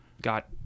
got